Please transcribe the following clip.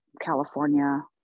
california